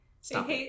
Stop